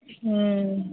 হুম